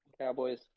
Cowboys